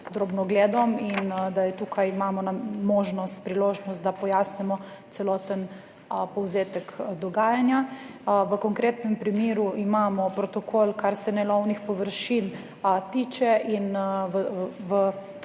drobnogledom in da je tukaj, imamo možnost, priložnost, da pojasnimo celoten povzetek dogajanja. V konkretnem primeru imamo protokol, kar se ne lovnih površin tiče, in v